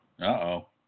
Uh-oh